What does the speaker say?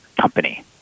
company